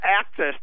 access